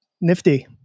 Nifty